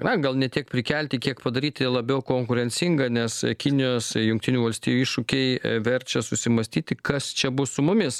na gal ne tiek prikelti kiek padaryti labiau konkurencinga nes kinijos jungtinių valstijų iššūkiai verčia susimąstyti kas čia bus su mumis